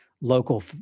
local